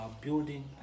Building